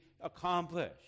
accomplished